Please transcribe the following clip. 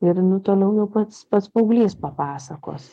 ir nu toliau jau pats pats paauglys papasakos